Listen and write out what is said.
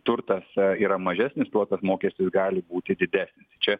turtas yra mažesnis tuo tas mokestis gali būti didesnis čia